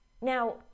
Now